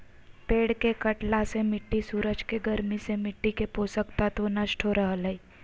पेड़ के कटला से मिट्टी सूरज के गर्मी से मिट्टी के पोषक तत्व नष्ट हो रहल हई